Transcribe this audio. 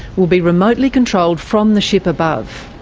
will be remotely controlled from the ship above.